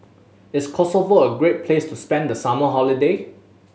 is Kosovo a great place to spend the summer holiday